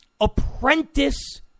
apprentice